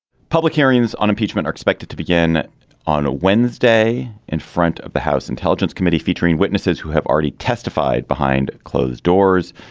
public hearings on impeachment are expected to begin on wednesday in front of the house intelligence committee featuring witnesses who have already testified behind closed doors.